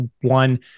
one